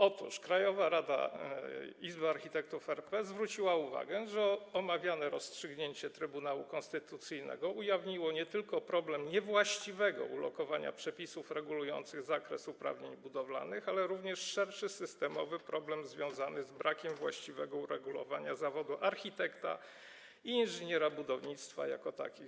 Otóż Krajowa Rada Izby Architektów RP zwróciła uwagę, że omawiane rozstrzygnięcie Trybunału Konstytucyjnego ujawniło nie tylko problem niewłaściwego ulokowania przepisów regulujących zakres uprawnień budowlanych, ale również szerszy systemowy problem związany z brakiem właściwego uregulowania zawodu architekta i inżyniera budownictwa jako takich.